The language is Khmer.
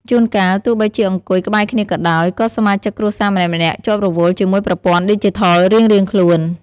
ជួនកាល ទោះបីជាអង្គុយក្បែរគ្នាក៏ដោយ ក៏សមាជិកគ្រួសារម្នាក់ៗជាប់រវល់ជាមួយប្រព័ន្ធឌីជីថលរៀងៗខ្លួន ។